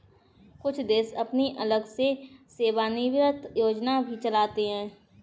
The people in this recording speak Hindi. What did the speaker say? कुछ देश अपनी अलग से सेवानिवृत्त योजना भी चलाते हैं